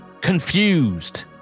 confused